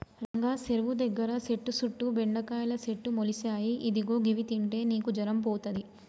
రంగా సెరువు దగ్గర సెట్టు సుట్టు బెండకాయల సెట్లు మొలిసాయి ఇదిగో గివి తింటే నీకు జరం పోతది